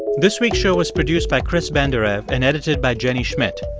this week's show was produced by chris benderev and edited by jenny schmidt.